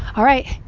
all right.